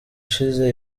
ushize